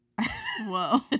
Whoa